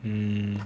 mm